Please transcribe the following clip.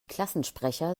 klassensprecher